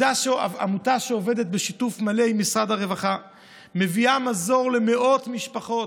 עמותה שעובדת בשיתוף מלא עם משרד הרווחה ומביאה מזור למאות משפחות.